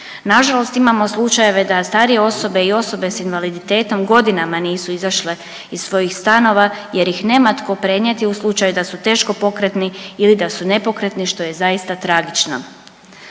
Nažalost, imamo slučajeve da starije osobe i osobe s invaliditetom godinama nisu izašle iz svojih stanova jer ih nema tko prenijeti u slučaju da su teško pokretni ili da su nepokretni što je zaista tragično.